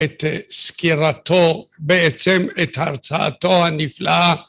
את סקירתו, בעצם את הרצאתו הנפלאה.